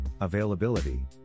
Availability